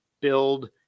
build